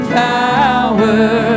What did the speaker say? power